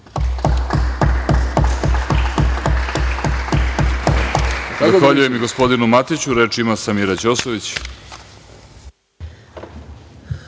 Hvala